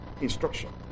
instruction